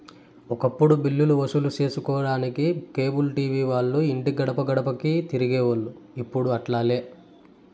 ఒకప్పుడు బిల్లులు వసూలు సేసుకొనేదానికి కేబుల్ టీవీ వాల్లు ఇంటి గడపగడపకీ తిరిగేవోల్లు, ఇప్పుడు అట్లాలే